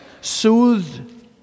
soothed